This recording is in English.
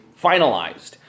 finalized